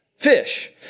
Fish